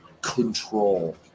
control